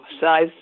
size